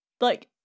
Like-